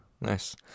Nice